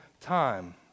time